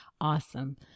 awesome